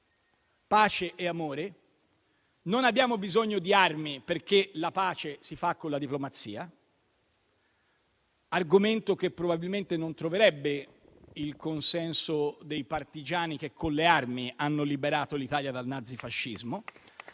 pace e amore, non abbiamo bisogno di armi perché la pace si fa con la diplomazia - argomento che probabilmente non troverebbe il consenso dei partigiani, che con le armi hanno liberato l'Italia dal nazifascismo